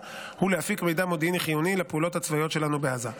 ולהפיק מידע מודיעיני חיוני לפעולות הצבאיות שלנו בעזה.